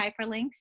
hyperlinks